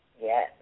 Yes